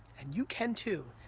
and you can, too,